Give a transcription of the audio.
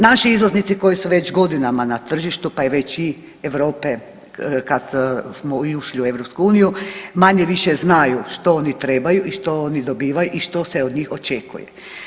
Naši izvoznici koji su već godinama na tržištu pa je već i Europe, kad smo i ušli u EU manje-više znaju što oni trebaju i što oni dobivaju i što se od njih očekuje.